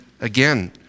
again